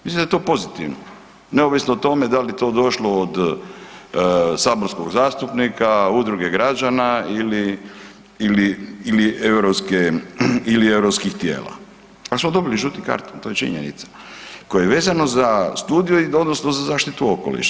Mislim da je to pozitivno neovisno o tome da li je to došlo od saborskog zastupnika, udruge građana ili, ili europskih tijela, ali smo dobili žuti karton to je činjenica koji je vezano za studiju odnosno za zaštitu okoliša.